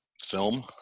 film